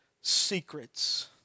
secrets